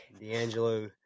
D'Angelo